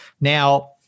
Now